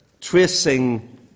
tracing